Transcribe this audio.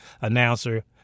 announcer